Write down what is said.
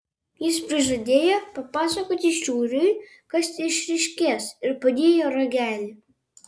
jis prižadėjo papasakoti šiuriui kas išryškės ir padėjo ragelį